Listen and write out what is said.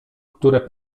które